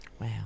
Wow